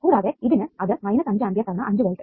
കൂടാതെ ഇതിന് അത് 5 ആമ്പിയർ തവണ 5 വോൾട്ട്